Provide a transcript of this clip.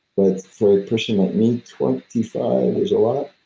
but for a person like me, twenty five is a lot.